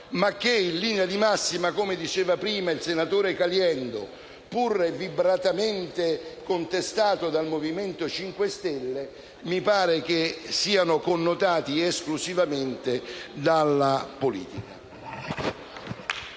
ma che in linea di massima, come diceva prima il senatore Caliendo, pur vibratamente contestato dal Movimento 5 Stelle, mi pare siano connotati esclusivamente dalla politica.